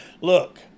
look